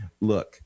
look